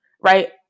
right